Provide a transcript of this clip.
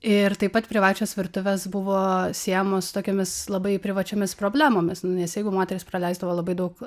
ir taip pat privačios virtuvės buvo siejamos tokiomis labai privačiomis problemomis nu nes jeigu moteris praleisdavo labai daug